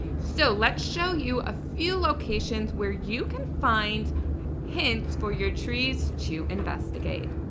so let's show you a few locations where you can find hints for your trees to investigate.